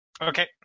Okay